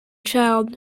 child